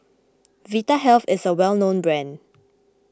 Vitahealth is a well known brand